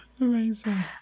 Amazing